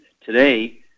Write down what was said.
today